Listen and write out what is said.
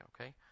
okay